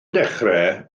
dechrau